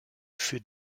für